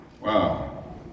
Wow